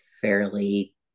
fairly